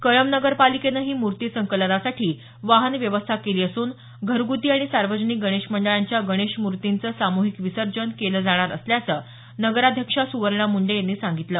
कळंब नगरपालिकेनही मूर्ती संकलनासाठी वाहन व्यवस्था केली असून घरगुती आणि सार्वजनिक गणेश मंडळाच्या गणेशमूर्तीचे सामूहिक विसर्जन केलं जाणार असल्याचं नगराध्यक्षा सुवर्णा मुंडे यांनी सांगितलं